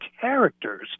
characters